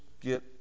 get